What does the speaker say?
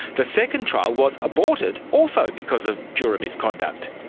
the second trial was aborted also because of juror misconduct.